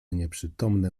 nieprzytomne